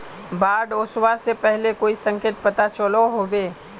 बाढ़ ओसबा से पहले कोई संकेत पता चलो होबे?